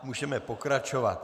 Můžeme pokračovat.